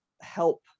help